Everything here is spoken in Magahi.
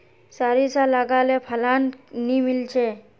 सारिसा लगाले फलान नि मीलचे?